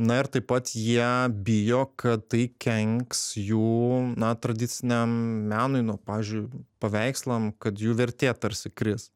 na ir taip pat jie bijo kad tai kenks jų na tradiciniam menui nu pavyzdžiui paveikslam kad jų vertė tarsi kris